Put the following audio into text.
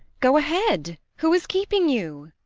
go ahead! who is keeping you?